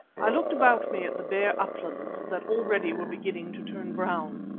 i looked about me at the bare uplands that already were beginning to turn brown,